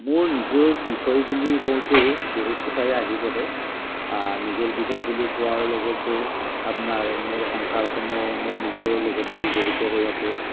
মোৰ নিজৰ বিষয় বুলি কওঁতে বহুত কথায়ে আহি পৰে নিজৰ বিষয় বুলি কোৱাৰ লগতে আপোনাৰ মোৰ সংসাৰখনো মোৰ নিজৰ লগতে জড়িত হৈ আছে